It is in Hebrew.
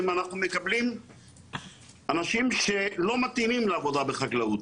אנחנו מקבלים אנשים שלא מתאימים לעבודה בחקלאות.